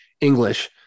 English